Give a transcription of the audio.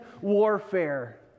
warfare